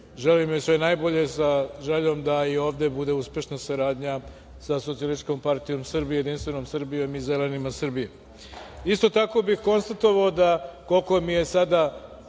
želim joj sve najbolje sa željom da i ovde bude uspešna saradnja sa Socijalističkom-partijom Srbije i Jedinstvenom Srbijom i Zelenima Srbije. Isto tako bi konstatovao da koliko mi je sada,